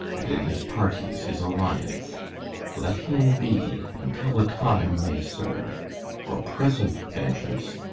and in his parties, his alliance let him be, until a time may serve for present vengeance,